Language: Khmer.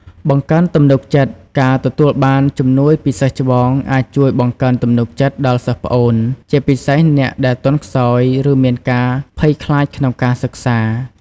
បង្កើនទំនុកចិត្ត ការទទួលបានជំនួយពីសិស្សច្បងអាចជួយ បង្កើនទំនុកចិត្ត ដល់សិស្សប្អូន ជាពិសេសអ្នកដែលទន់ខ្សោយ ឬមានការភ័យខ្លាចក្នុងការសិក្សា។